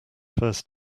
first